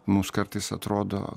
mums kartais atrodo